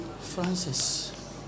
Francis